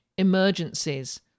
Emergencies